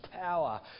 power